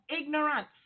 ignorance